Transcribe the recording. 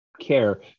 care